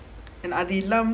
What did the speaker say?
oh ஆமா ஆமா:aamaa aamaa